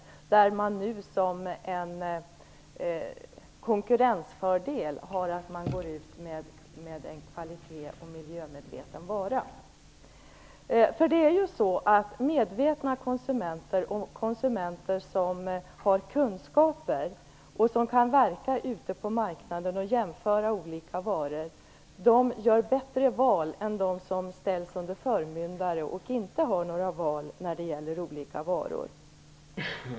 Nu kan man ange som en konkurrensfördel att man går ut med en vara som bygger på ett kvalitets och miljömedvetande. Medvetna och kunniga konsumenter som kan verka ute på marknaden och jämföra olika varor gör bättre val än de som ställs under förmyndare och som inte har några val när det gäller olika varor.